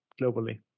globally